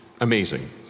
amazing